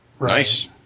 Nice